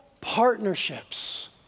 partnerships